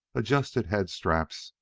adjusted head-straps,